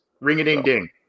Ring-a-ding-ding